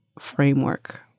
framework